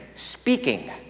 Speaking